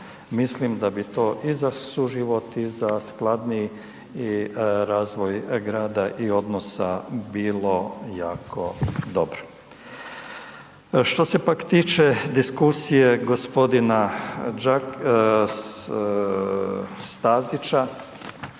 Mislim da bi to i za suživot i za skladniji i razvoj grada i odnosa bilo jako dobro. Što se pak tiče diskusije g. Stazića,